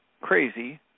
crazy